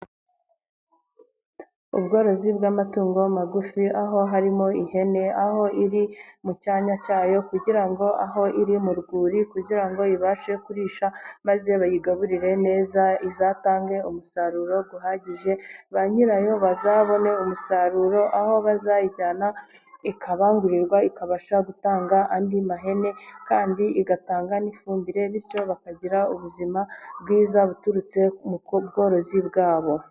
Ubworozi bw'amatungo magufi, aho harimo ihene, aho iri mu cyanya cyayo, kugira ngo aho iri mu rwuri, kugira ngo ibashe kurisha, maze bayigaburire neza, izatange umusaruro uhagije, ba nyirayo bazabone umusaruro, aho bazayijyana ikabangurirwa, ikabasha gutanga andi mahene kandi igatanga n'ifumbire, bityo bakagira ubuzima bwiza, buturutse kubworozi bwabo.